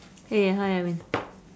hey hi edwin